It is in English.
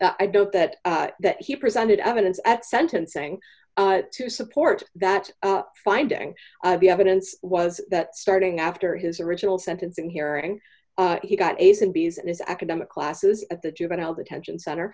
i don't that that he presented evidence at sentencing to support that finding the evidence was that starting after his original sentencing hearing he got a's and b s and his academic classes at the juvenile detention center